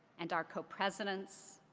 and our co-presidents,